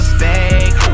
fake